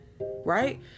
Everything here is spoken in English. right